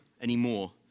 anymore